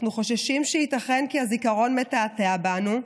אנחנו חוששים כי ייתכן שהזיכרון מתעתע בנו,